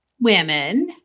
women